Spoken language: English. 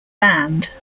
land